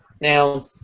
Now